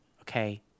okay